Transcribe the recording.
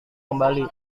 kembali